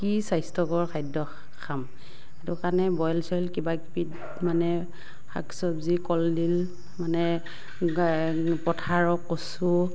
কি স্বাস্থ্যকৰ খাদ্য খাম সেইটো কাৰণে বইল চইল কিবা কিবি মানে শাক চবজি কলদিল মানে পথাৰৰ কচু